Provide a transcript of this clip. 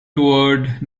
toward